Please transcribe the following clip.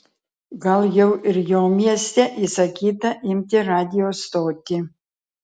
gal jau ir jo mieste įsakyta imti radijo stotį